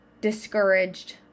discouraged